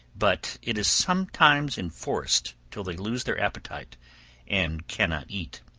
but it is sometimes enforced till they lose their appetite and cannot eat.